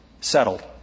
settled